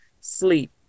Sleep